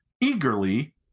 eagerly